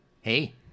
hey